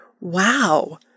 wow